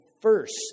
first